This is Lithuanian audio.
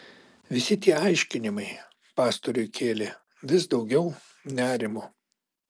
visi tie aiškinimai pastoriui kėlė vis daugiau nerimo